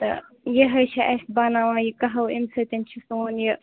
تہٕ یِہَے چھِ اَسہِ بناوان یہِ قٔہوٕ اَمہِ سۭتۍ چھُ سون یہِ